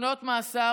שנות מאסר,